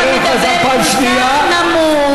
אתה מדבר כל כך נמוך.